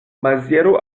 maziero